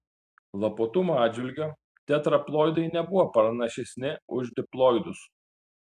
lapuotumo atžvilgiu tetraploidai nebuvo pranašesni už diploidus